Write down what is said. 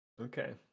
okay